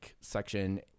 section